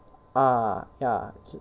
ah ya